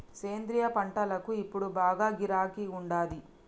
సేంద్రియ పంటలకు ఇప్పుడు బాగా గిరాకీ ఉండాది